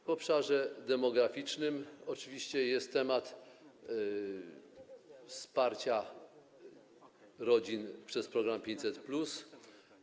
W obszarze demograficznym oczywiście jest temat wsparcia rodzin przez program 500+.